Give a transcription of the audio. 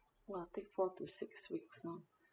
!wah! take four to six weeks [ho]